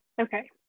Okay